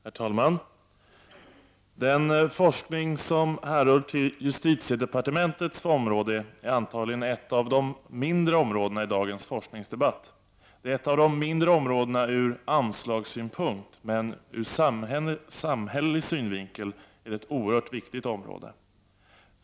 Herr talman! Den forskning som hör till justitiedepartementets område är antagligen ett av de mindre områdena i dagens forskningsdebatt. Det är ett av de mindre områdena ur anslagssynpunkt, men ur samhällelig synvinkel är det ett oerhört viktigt område.